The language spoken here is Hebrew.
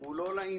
הוא לא לעניין.